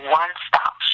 one-stop